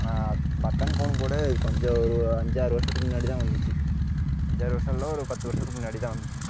button phone கூட கொஞ்சம் ஒரு அஞ்சாறு வருடத்துக்கு முன்னாடி தான் வந்துச்சி அஞ்சாறு வருடம் இல்லை ஒரு பத்து வருடத்துக்கு முன்னாடி தான் வந்துச்சி